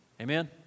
Amen